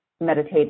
meditate